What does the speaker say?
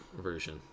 version